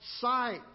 sight